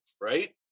right